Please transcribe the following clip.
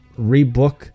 rebook